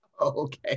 Okay